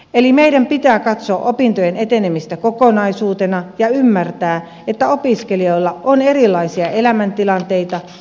eli meidän pitää katsoa opintojen etenemistä kokonaisuutena ja ymmärtää että opiskelijoilla on erilaisia elämäntilanteita